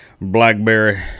Blackberry